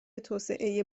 توسعه